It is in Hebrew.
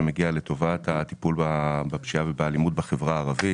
שמגיע לטובת הטיפול בפשיעה ובאלימות בחברה הערבית.